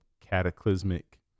cataclysmic